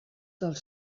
del